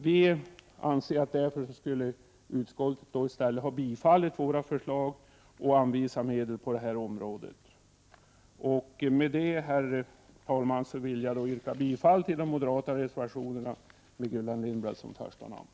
Vi anser därför att utskottet i stället skulle ha bifallit våra förslag och anvisat medel till det här området. Med det anförda, herr talman, vill jag yrka bifall till de moderata reservationerna med Gullan Lindblad som första namn.